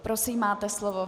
Prosím, máte slovo.